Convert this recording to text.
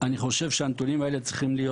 אני חושב שהנתונים האלה צריכים להיות